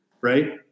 right